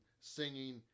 singing